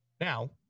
Now